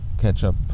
ketchup